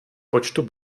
počtu